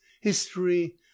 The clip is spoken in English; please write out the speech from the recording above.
history